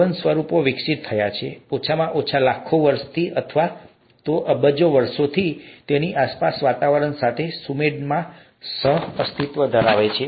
જીવન સ્વરૂપો વિકસિત થયા છે ઓછામાં ઓછા લાખો વર્ષોથી અથવા તો અબજો વર્ષોથી તેમની આસપાસના વાતાવરણ સાથે સુમેળમાં સહ અસ્તિત્વ ધરાવે છે